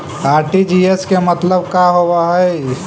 RTGS के मतलब का होव हई?